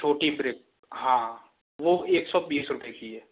छोटी ब्रिक हाँ हाँ वो एक सौ बीस रुपए की है